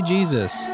Jesus